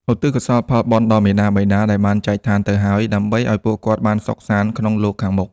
ឧទ្ទិសកុសលផលបុណ្យដល់មាតាបិតាដែលបានចែកឋានទៅហើយ ដើម្បីឱ្យពួកគាត់បានសុខសាន្តក្នុងលោកខាងមុខ។